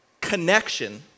connection